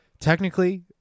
Technically